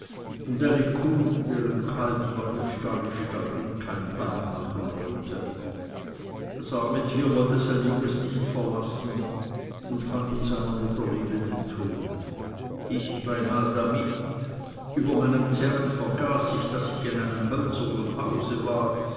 und eine kuh deren kalb noch im stalle stand und kein bein machen wollte das treue tier wollte sein junges nicht verlassen und fand in seiner mutterliebe den tod ich beinahe damit über meinem zerren vergaß ich daß ich in einem hölzernen hause sei